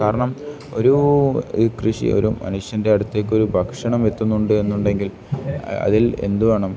കാരണം ഒരു കൃഷി ഒരു മനുഷ്യൻ്റെ അടുത്തേക്ക് ഒരു ഭക്ഷണം എത്തുന്നുണ്ട് എന്നുണ്ടെങ്കിൽ അതിൽ എന്ത് വേണം